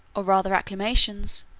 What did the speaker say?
or rather acclamations,